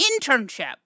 internship